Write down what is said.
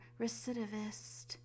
recidivist